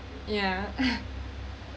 yeah